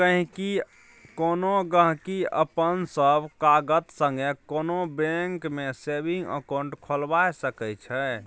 कोनो गहिंकी अपन सब कागत संगे कोनो बैंक मे सेबिंग अकाउंट खोलबा सकै छै